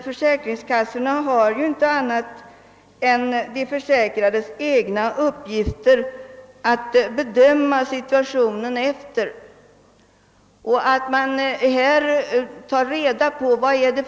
Försäkringskassorna har ju ingenting annat än de försäkrades egna uppgifter att gå efter när de skall bedöma situationen.